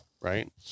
Right